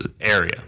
area